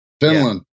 Finland